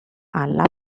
alla